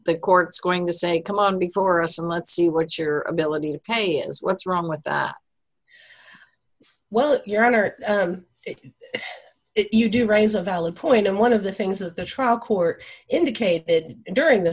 the court's going to say come on before us and let's see what your ability to pay is what's wrong with the well your honor you do raise a valid point and one of the things that the trial court indicated during the